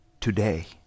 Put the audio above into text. today